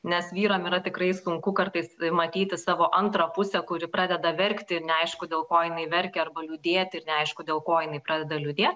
nes vyram yra tikrai sunku kartais matyti savo antrą pusę kuri pradeda verkti ir neaišku dėl ko jinai verkia arba liūdėti ir neaišku dėl ko jinai pradeda liūdėt